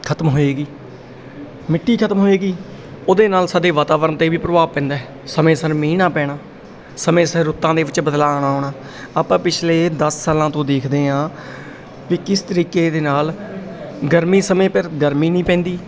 ਖਤਮ ਹੋਏਗੀ ਮਿੱਟੀ ਖਤਮ ਹੋਏਗੀ ਉਹਦੇ ਨਾਲ ਸਾਡੇ ਵਾਤਾਵਰਣ 'ਤੇ ਵੀ ਪ੍ਰਭਾਵ ਪੈਂਦਾ ਸਮੇਂ ਸਿਰ ਮੀਂਹ ਨਾ ਪੈਣਾ ਸਮੇਂ ਸਿਰ ਰੁੱਤਾਂ ਦੇ ਵਿੱਚ ਬਦਲਾਅ ਨਾ ਆਉਣਾ ਆਪਾਂ ਪਿਛਲੇ ਦਸ ਸਾਲਾਂ ਤੋਂ ਦੇਖਦੇ ਹਾਂ ਵੀ ਕਿਸ ਤਰੀਕੇ ਦੇ ਨਾਲ ਗਰਮੀ ਸਮੇਂ ਪਰ ਗਰਮੀ ਨਹੀਂ ਪੈਂਦੀ